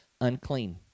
unclean